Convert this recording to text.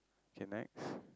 K next